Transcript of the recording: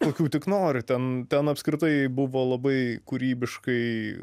kokių tik nori ten ten apskritai buvo labai kūrybiškai